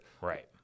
right